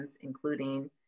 including